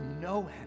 no